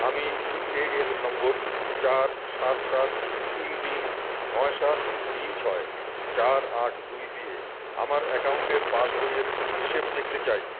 আমি U A N number চার সাত সাত তিন তিন নয় সাত তিন ছয় চার আট দুই দিয়ে আমার অ্যাকাউন্টের পাসবইয়ের হিসেব দেখতে চাই